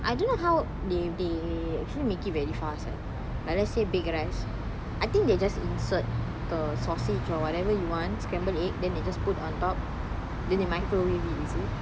I don't know how they they actually make it very fast eh like let's say baked rice I think they just insert the sausage or whatever you want scrambled egg then they just put on top then they microwave it is it